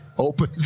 Open